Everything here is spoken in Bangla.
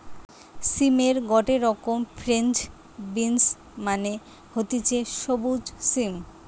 সিমের গটে রকম ফ্রেঞ্চ বিনস মানে হতিছে সবুজ সিম